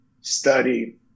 study